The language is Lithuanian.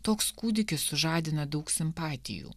toks kūdikis sužadina daug simpatijų